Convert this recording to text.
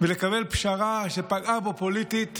ולקבל פשרה שפגעה בו פוליטית